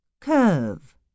Curve